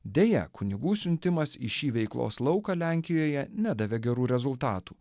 deja kunigų siuntimas į šį veiklos lauką lenkijoje nedavė gerų rezultatų